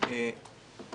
בקצרה ממש.